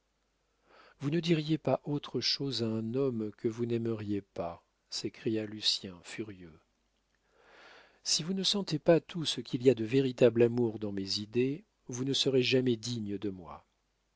vous ne diriez pas autre chose à un homme que vous n'aimeriez pas s'écria lucien furieux si vous ne sentez pas tout ce qu'il y a de véritable amour dans mes idées vous ne serez jamais digne de moi